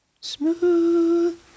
Smooth